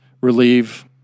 relieve